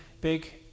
big